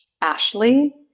Ashley